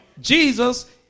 Jesus